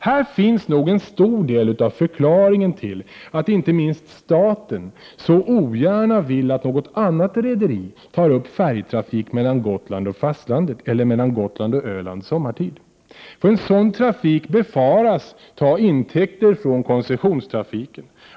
Här finns nog också en stor del av förklaringen till att inte minst staten så ogärna vill att något annat rederi tar upp färjetrafik mellan Gotland och fastlandet eller mellan Gotland och Öland sommartid. En sådan trafik befaras ta intäkter från koncessionstrafiken.